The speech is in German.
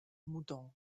moudon